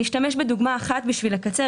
אשתמש בדוגמה אחת כדי לקצר.